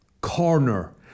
corner